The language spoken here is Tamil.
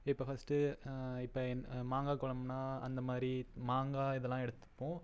இப்போ ஃபர்ஸ்ட்டு இப்போ என் மாங்காய் குழம்புனா அந்த மாதிரி மாங்காய் இதெல்லாம் எடுத்துப்போம்